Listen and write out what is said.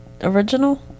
original